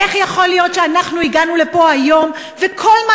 איך יכול להיות שהגענו לפה היום וכל מה